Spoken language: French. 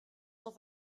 sont